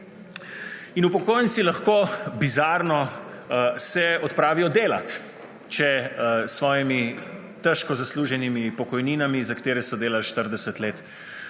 In upokojenci lahko bizarno se odpravijo delat, če s svojimi težko zasluženimi pokojninami, za katere so delali 40 let,